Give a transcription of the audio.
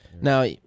Now